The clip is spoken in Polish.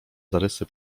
zarysy